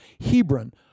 Hebron